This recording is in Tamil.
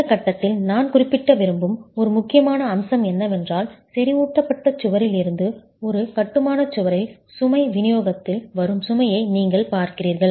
இந்த கட்டத்தில் நான் குறிப்பிட விரும்பும் ஒரு முக்கியமான அம்சம் என்னவென்றால் செறிவூட்டப்பட்ட சுவரில் இருந்து ஒரு கட்டுமான சுவரில் சுமை விநியோகத்தில் வரும் சுமையை நீங்கள் பார்க்கிறீர்கள்